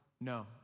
No